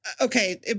Okay